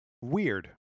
Weird